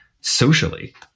socially